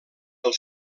del